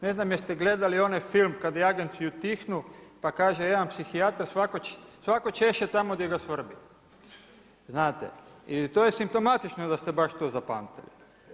Ne znam jeste li gledali onaj film kada jaganjci utihnu pa kaže jedan psihijatar „svako češe tamo gdje ga svrbi“ znate i to je simptomatično da ste baš to zapamtili.